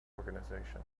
organisation